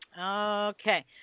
okay